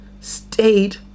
stayed